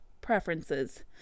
preferences